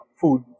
food